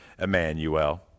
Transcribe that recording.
Emmanuel